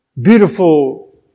Beautiful